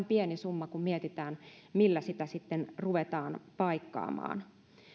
pieni summa kun mietitään millä sitä sitten ruvetaan paikkaamaan